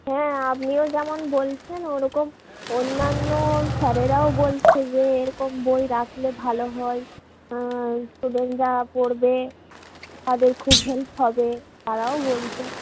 হ্যাঁ আপনিও যেমন বলছেন ওরকম অন্যান্য স্যারেরাও বলছে যে এরকম বই রাখলে ভালো হয় স্টুডেন্টরা পড়বে তাদের খুব হেল্প হবে তারাও বলছে